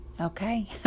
okay